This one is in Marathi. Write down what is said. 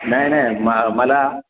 नाही नाही मग मला